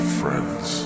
friends